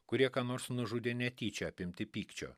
kurie ką nors nužudė netyčia apimti pykčio